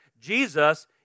Jesus